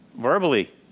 Verbally